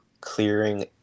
clearing